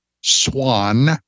Swan